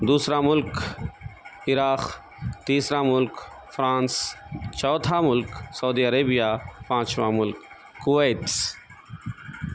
دوسرا ملک عراق تیسرا ملک فرانس چوتھا ملک سعودیہ عربیہ پانچواں ملک کویت